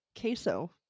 queso